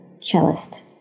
cellist